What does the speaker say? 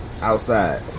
Outside